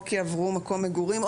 או כי עברו מקום מגורים,